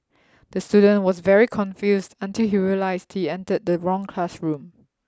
the student was very confused until he realised he entered the wrong classroom